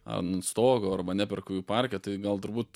ant stogo arba neperka jų parke tai gal turbūt